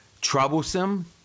troublesome